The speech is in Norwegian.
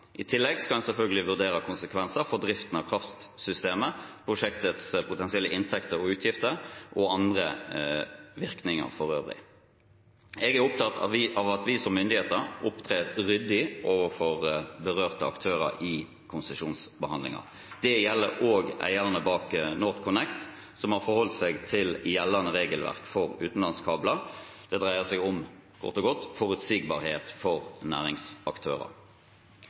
I tillegg skal en selvfølgelig vurdere konsekvenser for driften av kraftsystemet, prosjektets potensielle inntekter og utgifter og andre virkninger for øvrig. Jeg er opptatt av at vi som myndigheter opptrer ryddig overfor berørte aktører i konsesjonsbehandlingen. Det gjelder også eierne bak NorthConnect, som har forholdt seg til gjeldende regelverk for utenlandskabler. Det dreier seg kort og godt om forutsigbarhet for næringsaktører.